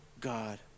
God